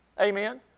Amen